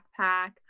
backpack